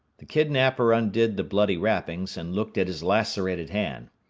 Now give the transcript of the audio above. the kidnapper undid the bloody wrappings and looked at his lacerated hand.